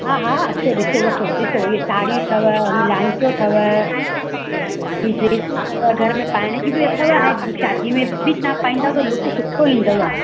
हा हा अचो ॾिसो वठो ॾिसो हीअ साड़ी अथव हीअ लांचो अथव ही ड्रेसूं अथव घर में पाइण जी बि अथव ऐं शादी में बि तव्हां पाईंदव त लुक सुठो ईंदव